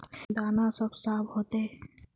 दाना सब साफ होते?